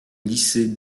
lycée